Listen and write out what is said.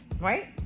Right